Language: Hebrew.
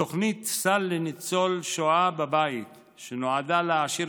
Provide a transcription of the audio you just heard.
תוכנית סל לניצול שואה בבית נועדה להעשיר